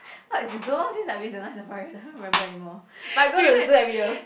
what it's been so long since I've been to Night-Safari I don't remember anymore but I go to the zoo every year